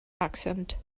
accent